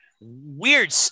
weird